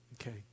okay